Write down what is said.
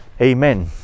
amen